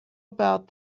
about